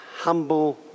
humble